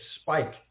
spike